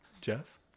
Jeff